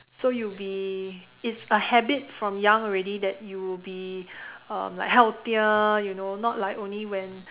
so you'll be it's a habit from young already that you'll be um like healthier you know not like only when